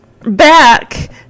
Back